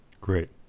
Great